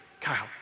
Kyle